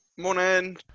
morning